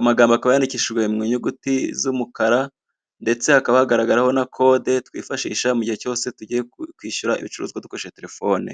amagambo akaba yandikishijwe mu nyuguti z'umukara ndetse hakaba hagaragaraho na kode twifashisha mu gihe cyose tugiye kwishyura ibicuruzwa dukoresheje telefone.